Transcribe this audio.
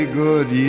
good